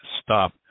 stop